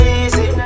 easy